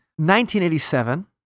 1987